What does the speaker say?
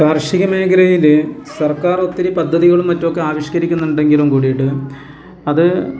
കാർഷിക മേഖലയിൽ സർക്കാർ ഒത്തിരി പദ്ധതികളും മറ്റുമൊക്കെ ആവിഷ്കരിക്കുന്നുണ്ടെങ്കിലും കൂടിയിട്ട് അത്